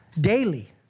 daily